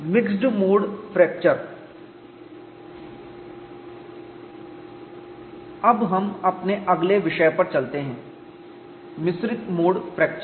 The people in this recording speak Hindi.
मिक्स्ड मोड फ्रैक्चर अब हम अपने अगले विषय पर चलते हैं मिश्रित मोड फ्रैक्चर